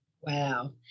Wow